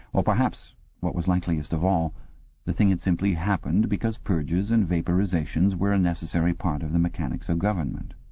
or perhaps what was likeliest of all the thing had simply happened because purges and vaporizations were a necessary part of the mechanics of government.